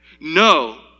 No